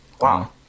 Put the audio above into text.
Wow